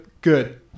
Good